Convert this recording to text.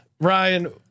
Ryan